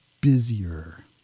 busier